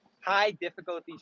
high-difficulty